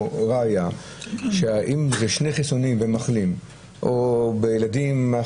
ראיה שאם זה שני חיסונים ומחלים או ילדים,